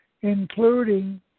including